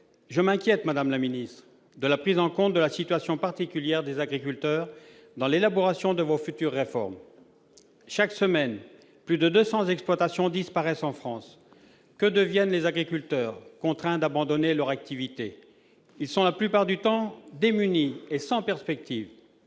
Je m'inquiète, madame la ministre, de la prise en compte de la situation particulière des agriculteurs dans l'élaboration de vos futures réformes. Chaque semaine, plus de 200 exploitations disparaissent en France. Que deviennent les agriculteurs contraints d'abandonner leur activité ? Ils sont la plupart du temps démunis et sans perspectives.